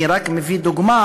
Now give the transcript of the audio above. אני רק מביא דוגמה